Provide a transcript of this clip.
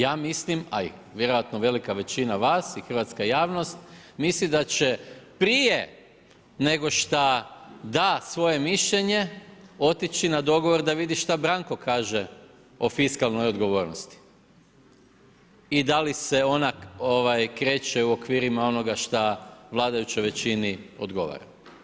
Ja mislim, a i vjerojatno velika većina vas, a i hrvatska javnost, mislim da će prije, nego što da svoje mišljenje, otići na dogovor da vidi šta Branko kaže o fiskalnoj odgovornosti i da li se ona kreće u okvirima onog šta vladajućoj većini odgovara.